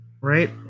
right